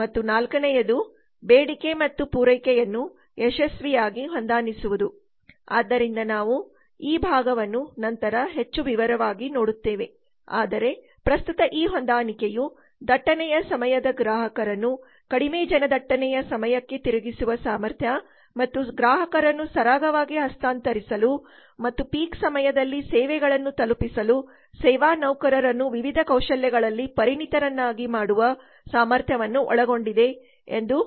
ಮತ್ತು ನಾಲ್ಕನೇಯದು ಬೇಡಿಕೆ ಮತ್ತು ಪೂರೈಕೆಯನ್ನು ಯಶಸ್ವಿಯಾಗಿ ಹೊಂದಾಣಿಸುವುದು ಆದ್ದರಿಂದ ನಾವು ಈ ಭಾಗವನ್ನು ನಂತರ ಹೆಚ್ಚು ವಿವರವಾಗಿ ನೋಡುತ್ತೇವೆ ಆದರೆ ಪ್ರಸ್ತುತ ಈ ಹೊಂದಾಣಿಕೆಯು ದಟ್ಟಣೆಯ ಸಮಯದ ಗ್ರಾಹಕರನ್ನು ಕಡಿಮೆ ಜನ ದಟ್ಟಣೆಯ ಸಮಯಕ್ಕೆ ತಿರುಗಿಸುವ ಸಾಮರ್ಥ್ಯ ಮತ್ತು ಗ್ರಾಹಕರನ್ನು ಸರಾಗವಾಗಿ ಹಸ್ತಾಂತರಿಸಲು ಮತ್ತು ಪೀಕ್ ಸಮಯದಲ್ಲಿ ಸೇವೆಗಳನ್ನು ತಲುಪಿಸಲು ಸೇವಾ ನೌಕರರನ್ನು ವಿವಿಧ ಕೌಶಲ್ಯಗಳಲ್ಲಿ ಪರಿಣಿತರನ್ನಾಗಿ ಮಾಡುವ ಸಾಮರ್ಥ್ಯವನ್ನು ಒಳಗೊಂಡಿದೆ ಎಂದು